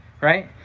right